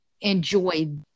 enjoy